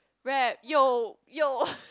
rap yo yo